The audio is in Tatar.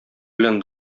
белән